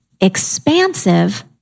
expansive